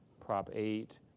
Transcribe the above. prop. eight,